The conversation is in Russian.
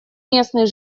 местный